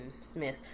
Smith